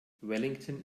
wellington